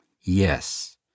Yes